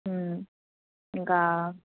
ఇంకా